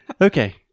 Okay